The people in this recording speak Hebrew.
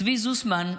צבי זוסמן,